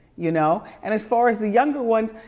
you know. and as far as the younger ones.